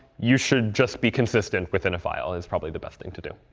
you should just be consistent within a file is probably the best thing to do.